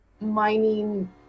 Mining